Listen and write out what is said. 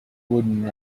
wooden